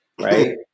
right